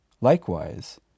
Likewise